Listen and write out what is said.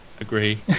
agree